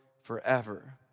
forever